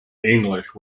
english